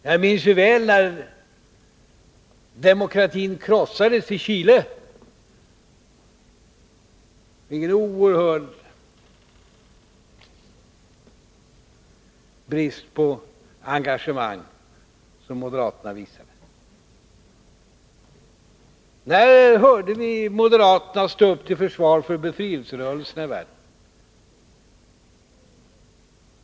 Jag minns väl när demokratin krossades i Chile, vilken oerhörd brist på engagemang som moderaterna visade. När hörde vi moderaterna stå upp till försvar för befrielserörelserna i världen?